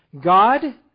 God